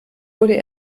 wurde